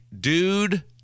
dude